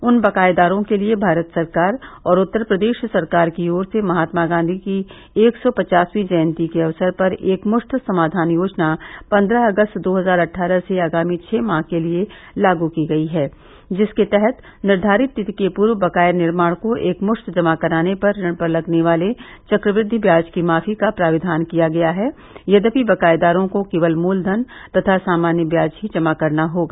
उन बकायेदारों के लिए भारत सरकार और उत्तर प्रदेश सरकार की ओर से महात्मा गांधी जी की एक सौ पचासवीं जयंती के अवसर पर एक मुश्त समाधान योजना पन्द्रह अगस्त दो हजार अट्ठारह से आगामी छः माह के लिए लागू की गयी है जिसके तहत निर्धारित तिथि के पूर्व बकाये ऋण को एकमुश्त जमा कराने पर ऋण पर लगने वाले चक्रवृद्धि ब्याज के माफी का प्राविधान किया गया है यद्यपि बकायेदारों को केवल मूलधन तथा सामान्य ब्याज ही जमा करना होगा